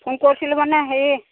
phone কৰিছিলোঁ মানে হেৰি